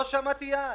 לא שמעתי יעד.